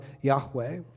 Yahweh